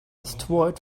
destroyed